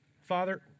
Father